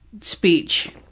speech